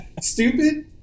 stupid